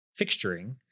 fixturing